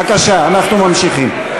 בבקשה, אנחנו ממשיכים.